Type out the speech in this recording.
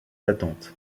attentes